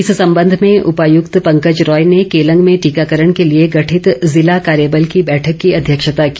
इस संबंध में उपायूक्त पंकज रॉय ने केलंग में टीकाकरण के लिए गठित जिला कार्यबल की बैठक की अध्यक्षता की